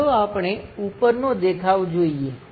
ચાલો આપણે ઉપરનો દેખાવ જોઈએ